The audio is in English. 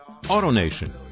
AutoNation